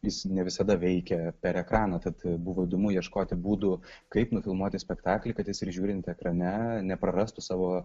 jis ne visada veikia per ekraną tad buvo įdomu ieškoti būdų kaip nufilmuoti spektaklį kad jis ir žiūrint ekrane neprarastų savo